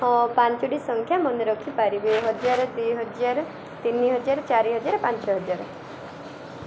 ହଁ ପାଞ୍ଚଟି ସଂଖ୍ୟା ମନେ ରଖିପାରିବେ ହଜାର ଦୁଇ ହଜାର ତିନି ହଜାର ଚାରି ହଜାର ପାଞ୍ଚ ହଜାର